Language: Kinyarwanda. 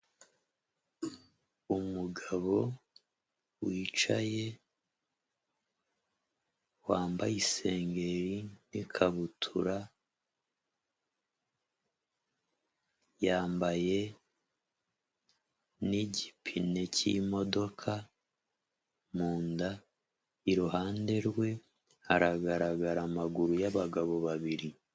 Umugabo wicaye, wambaye isengeri n'ikabutura, yambaye n'igipine cy'imodoka mu nda, iruhande rwe, haragaragara amaguru y'abagabo babiri.